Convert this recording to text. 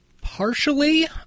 Partially